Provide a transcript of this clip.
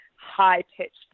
high-pitched